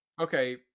Okay